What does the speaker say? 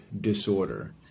disorder